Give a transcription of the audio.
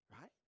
right